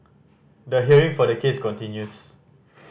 the hearing for the case continues